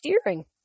steering